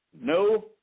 No